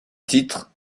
titre